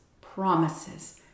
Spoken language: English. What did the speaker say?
promises